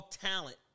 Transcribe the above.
talent